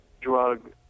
drug